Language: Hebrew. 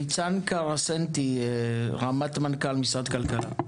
ניצן קרסנטי, רמ"ט מנכ"ל, משרד הכלכלה.